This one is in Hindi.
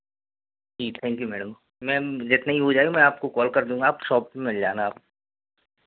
ji thank you madam ma'am जितने ही हो जाएगा मैं आपको कॉल कर दूँगा आप शॉप में मिल जाना आप